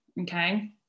Okay